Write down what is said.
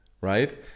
right